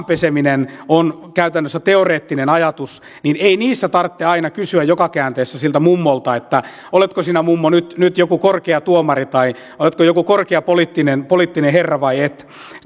peseminen on käytännössä teoreettinen ajatus niin ei niissä tarvitse aina kysyä joka käänteessä siltä mummolta että oletko sinä mummo nyt nyt joku korkea tuomari tai oletko joku korkea poliittinen poliittinen herra vai et